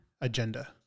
agenda